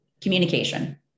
communication